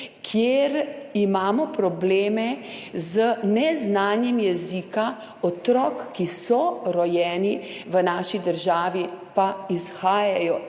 kjer imamo probleme z neznanjem jezika otrok, ki so rojeni v naši državi, pa izhajajo